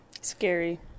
Scary